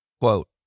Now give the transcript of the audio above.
quote